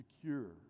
secure